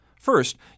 First